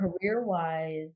career-wise